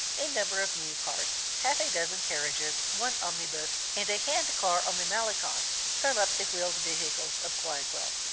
a number of mule-carts, half a dozen carriages, one omnibus, and a hand-car on the malecon, sum up the wheeled vehicles of guayaquil.